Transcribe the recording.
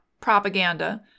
propaganda